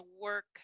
work